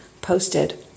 posted